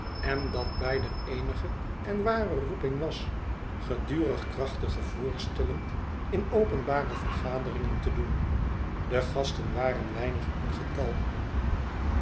en dat beider eenige en ware roeping was gedurig krachtige voorstellen in openbare vergaderingen te doen de gasten waren weinig in getal